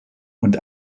und